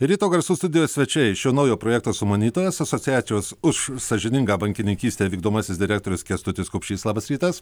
ryto garsų studijos svečiai šio naujo projekto sumanytojas asociacijos už sąžiningą bankininkystę vykdomasis direktorius kęstutis kupšys labas rytas